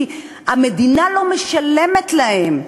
כי המדינה לא משלמת להם,